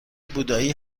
بودایی